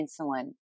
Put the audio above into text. insulin